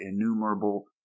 innumerable